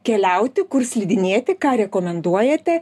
keliauti kur slidinėti ką rekomenduojate